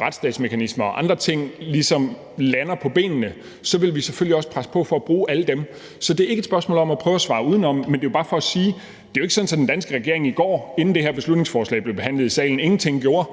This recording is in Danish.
når retsstatsmekanismerne og andre ting ligesom lander på benene, vil vi selvfølgelig også presse på for at bruge dem. Så det er ikke et spørgsmål om at prøve at svare udenom. Det er bare for at sige, at det jo ikke er sådan, at den danske regering i går, inden det her beslutningsforslag i dag bliver behandlet i salen, ingenting gjorde,